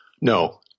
No